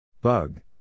Bug